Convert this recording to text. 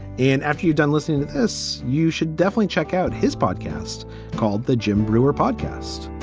and after you've done listening to this, you should definitely check out his podcast called the jim brewer podcast.